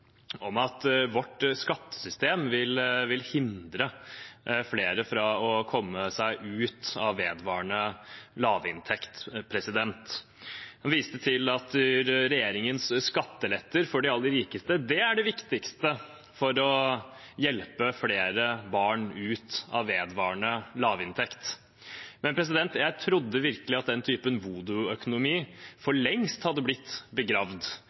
om at vårt skattesystem vil hindre flere i å komme seg ut av vedvarende lavinntekt. Han viste til at regjeringens skatteletter for de aller rikeste er det viktigste for å hjelpe flere barn ut av vedvarende lavinntekt. Jeg trodde virkelig at den type voodoo-økonomi for lengst var begravd. Jeg trodde at ideen om at bare vi gir mer til de aller rikeste så vil det